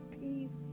peace